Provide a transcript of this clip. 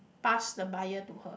passed the buyer to her